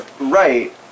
right